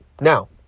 Now